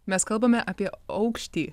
mes kalbame apie aukštį